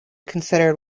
considered